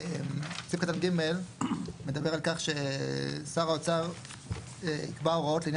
סעיף קטן (ג) מדבר על כך ששר האוצר יקבע הוראות לעניין